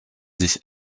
sich